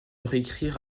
réécrire